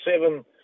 seven